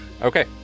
Okay